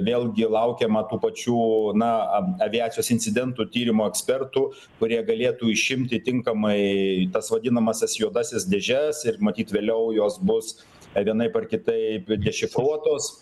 vėlgi laukiama tų pačių na aviacijos incidentų tyrimo ekspertų kurie galėtų išimti tinkamai tas vadinamąsias juodąsias dėžes ir matyt vėliau jos bus vienaip ar kitaip dešifruotos